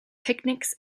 picnics